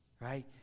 Right